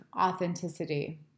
authenticity